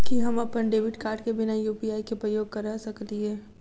की हम अप्पन debit card केँ बिना यु.पी.आई केँ उपयोग करऽ सकलिये?